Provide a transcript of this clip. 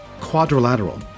quadrilateral